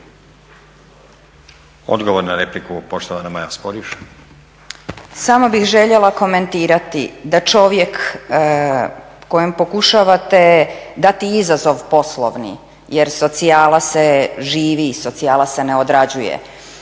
Odgovor na repliku, poštovana Maja Sporiš.